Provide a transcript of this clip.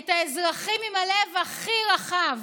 את האזרחים עם הלב הכי רחב,